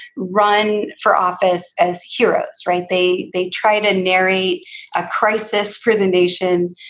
run for office as heroes. right. they they try to generate a crisis for the nation.